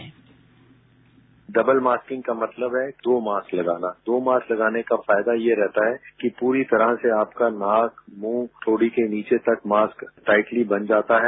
sound bite double masking का मतलब है दो मास्क लगाना दो मास्क लगाने का फायदा यह है कि पूरी तरह से नाक मुँह थोडी के नीचे तक मास्क टाईटली बंध जाता है